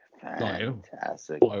fantastic